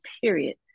period